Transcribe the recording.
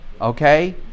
okay